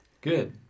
Good